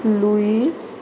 Luis